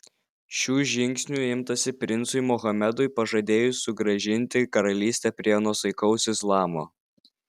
šių žingsnių imtasi princui mohamedui pažadėjus sugrąžinti karalystę prie nuosaikaus islamo